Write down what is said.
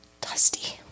Dusty